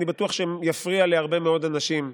אני בטוח שיפריע להרבה מאוד אנשים.